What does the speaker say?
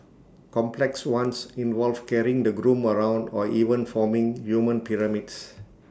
complex ones involve carrying the groom around or even forming human pyramids